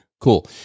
cool